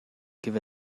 give